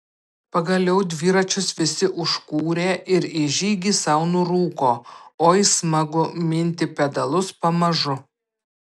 pagaliau dviračius visi užkūrė ir į žygį sau nurūko oi smagu minti pedalus pamažu